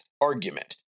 argument